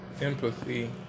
empathy